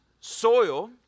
soil